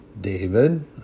David